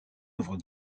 œuvre